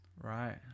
Right